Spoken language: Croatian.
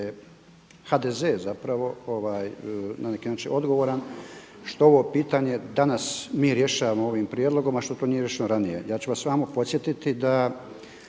HDZ zapravo na neki način odgovoran što ovo pitanje danas mi rješavamo ovim prijedlogom, a što to nije riješeno ranije. Ja ću vas samo podsjetiti da